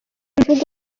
mvugo